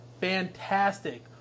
fantastic